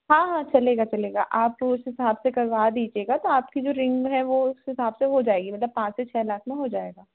हाँ हाँ चलेगा चलेगा आप उस हिसाब से करवा दीजिएगा तो आपकी जो रिंग है वह उस हिसाब से हो जाएगी मतलब पाँच से छः लाख में हो जाएगा